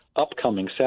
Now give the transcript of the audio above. upcoming